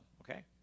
okay